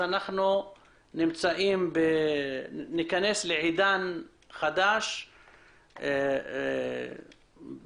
אז אנחנו ניכנס לעידן חדש בקרוב.